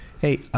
Hey